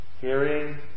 hearing